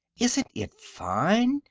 isn't it fine?